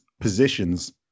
positions